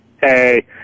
Hey